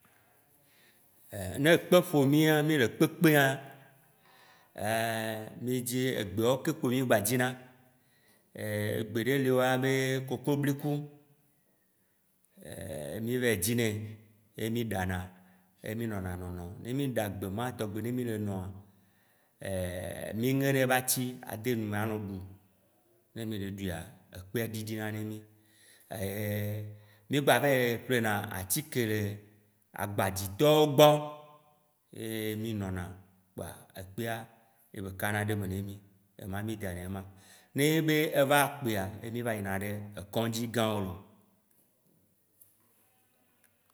Ne ekpe ƒo mì, mì le kpekpea, mìdzi egbeawo ke kpo mì gba dzina. Egbe ɖe li woyɔna be kokobliku, mì va yi dzi nɛ, ye mì ɖanɛ, ye mì nɔna nonom, ne mì ɖa gbe ma tɔŋgbi ne mì le noa, mì ŋena ye ba tsi ade nu me anɔ ɖu, ne mì le ɖuia, ekpea ɖiɖina ne mì. Ye mì gba va yi ƒlena atike le agbadzi tɔwo gbɔ ye mí nona kpoa ekpea ye be kana ɖe eme ne mí. Nenema mì danɛ ye ma, Ne nye be eva kpea ye mì va yi na ɖe kɔ̃dzi gãwo loo